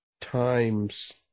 times